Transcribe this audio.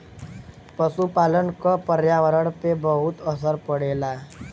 पसुपालन क पर्यावरण पे बहुत असर पड़ेला